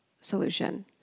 solution